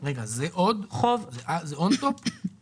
זה און טופ, בנוסף?